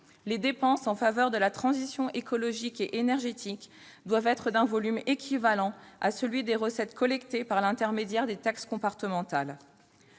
les dépenses en faveur de la transition écologique et énergétique doivent être d'un volume équivalant à celui des recettes collectées par l'intermédiaire des taxes comportementales.